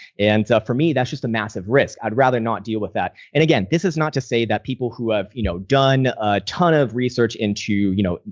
and for me, that's just a massive risk. i'd rather not deal with that. and again, this is not to say that people who have, you know, done a ton of research into, you know,